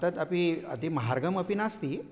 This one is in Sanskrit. तद् अपि अति मार्गमपि नास्ति